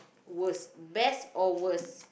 worst best or worst